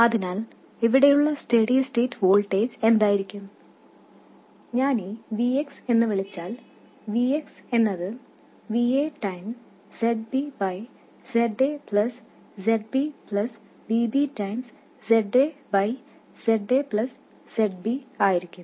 അതിനാൽ ഇവിടെയുള്ള steady state voltage എന്തായിരിക്കും ഞാൻ ഇതിനെ Vx എന്ന് വിളിച്ചാൽ Vx എന്നത് Va ഗുണനം Zb by Za plus Zb plus Vb ഗുണനം Z a by Z a plus zb ആയിരിക്കും